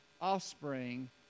offspring